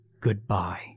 goodbye